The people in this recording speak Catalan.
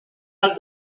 del